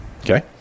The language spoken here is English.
okay